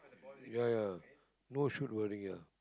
ya ya no shoot wording ya